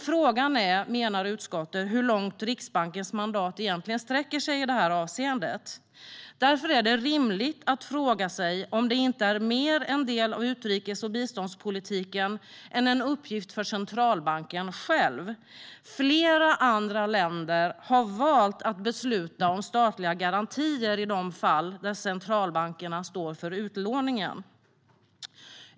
Frågan är dock, menar utskottet, hur långt Riksbankens mandat egentligen sträcker sig i detta avseende. Därför är det rimligt att fråga sig om det inte mer är en del av utrikes och biståndspolitiken än en uppgift för centralbanken själv. Flera andra länder har valt att besluta om statliga garantier i de fall centralbankerna står för utlåningen.